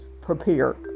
prepared